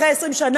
אחרי 20 שנה,